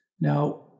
Now